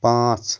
پانٛژھ